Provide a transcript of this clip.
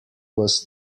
was